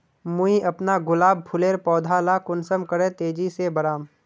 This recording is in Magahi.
मुई अपना गुलाब फूलेर पौधा ला कुंसम करे तेजी से बढ़ाम?